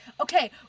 okay